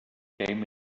game